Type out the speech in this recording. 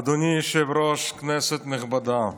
אדוני היושב-ראש, כנסת נכבדה,